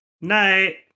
night